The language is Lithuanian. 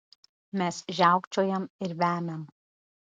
mes žiaukčiojam ir vemiam